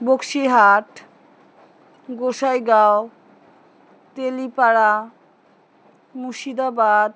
Bakshihat Gossaigaon Telipara Murshidabad